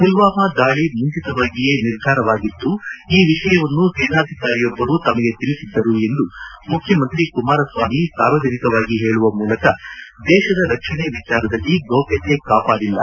ಪುಲ್ವಾಮಾ ದಾಳಿಯೂ ಮುಂಚಿತವಾಗಿಯೇ ನಿರ್ಧಾರವಾಗಿತ್ತು ಈ ವಿಷಯವನ್ನು ಸೇನಾಧಿಕಾರಿಯೊಬ್ಲರು ತಮಗೆ ತಿಳಿಸಿದ್ದರು ಎಂದು ಮುಖ್ಯಮಂತ್ರಿ ಕುಮಾರಸ್ವಾಮಿ ಸಾರ್ವಜನಿಕವಾಗಿ ಹೇಳುವ ಮೂಲಕ ದೇಶದ ರಕ್ಷಣೆ ವಿಚಾರದಲ್ಲಿ ಗೌಪ್ಠತೆ ಕಾಪಾಡಿಲ್ಲ